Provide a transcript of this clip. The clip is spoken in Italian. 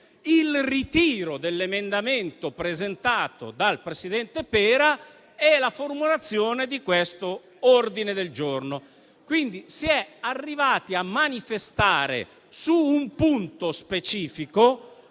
il ritiro dell'emendamento presentato dal presidente Pera e la formulazione di questo ordine del giorno. Quindi, si è arrivati a manifestare su un punto specifico